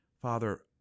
Father